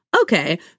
Okay